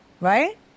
right